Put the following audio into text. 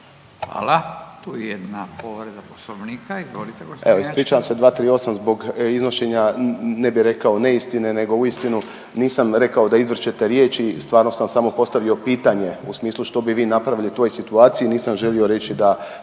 Hvala. Tu je jedna povreda Poslovnika. Izvolite gospodine Ačkar.